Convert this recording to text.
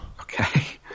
Okay